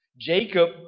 Jacob